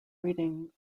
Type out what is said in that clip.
reading